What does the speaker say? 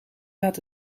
gaat